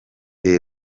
the